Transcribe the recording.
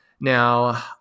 now